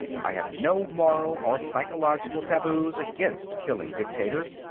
i have no moral or psychological taboos against killing dictators,